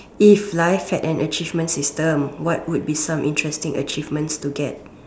if life had an achievement system what would be some interesting achievements to get